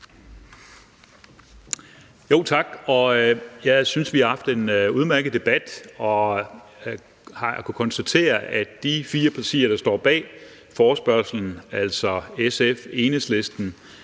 Tak. Jeg synes, vi har haft en udmærket debat, og jeg har kunnet konstatere, at de fire partier, der står bag forespørgslen, altså SF, Enhedslisten,